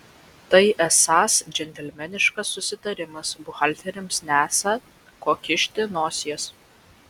tai esąs džentelmeniškas susitarimas buhalteriams nesą ko kišti nosies